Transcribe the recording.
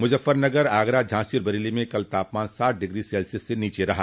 मुजफ्फरनगर आगरा झांसी और बरेली में कल तापमान सात डिग्री सेल्सियस से नीचे रहा